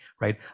right